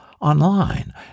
online